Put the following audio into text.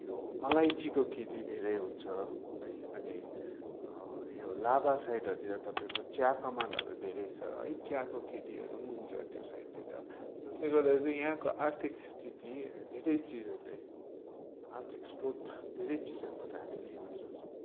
यो अलैँचीको खेती धेरै हुन्छ है अनि यहाँ लाभा साइडहरूतिर तपाईँको चिया कमानहरू धेरै छ यहाँ चियाको खेतीहरू पनि हुन्छ त्यो साइडतिर त्यसले गर्दा चाहिँ यहाँको आर्थिक स्थिति धेरै चिजहरूले आर्थिक स्रोत धेरै चिजहरूबाट हामीले लिन सक्छौँ